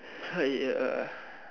!aiya!